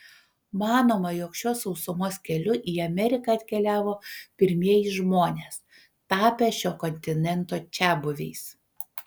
manoma jog šiuo sausumos keliu į ameriką atkeliavo pirmieji žmonės tapę šio kontinento čiabuviais